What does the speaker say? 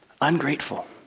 Ungrateful